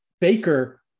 Baker